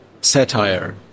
satire